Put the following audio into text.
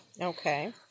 Okay